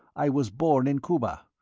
i was born in cuba.